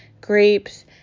grapes